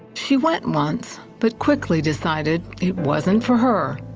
she went once but quickly decided it wasn't for her.